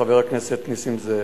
חבר הכנסת נסים זאב,